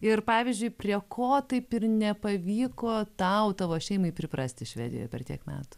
ir pavyzdžiui prie ko taip ir nepavyko tau tavo šeimai priprasti švedijoj per tiek metų